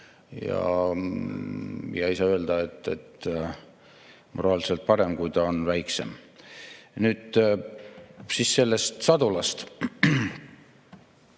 – ei saa öelda, et on moraalselt parem, kui ta on väiksem. Nüüd sellest sadulast.